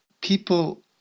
people